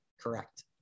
Correct